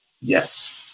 Yes